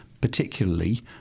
Particularly